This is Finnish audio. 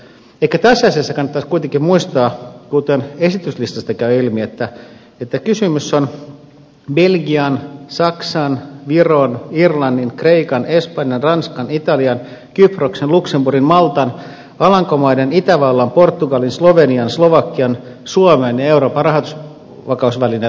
ehkä tässä asiassa kannattaisi kuitenkin muistaa kuten esityslistasta käy ilmi että kysymys on belgian saksan viron irlannin kreikan espanjan ranskan italian kyproksen luxemburgin maltan alankomaiden itävallan portugalin slovenian slovakian suomen ja euroopan rahoitusvakausvälineen välisestä sopimuksesta